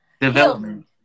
Development